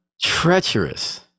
treacherous